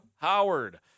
Howard